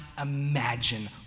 imagine